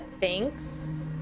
thanks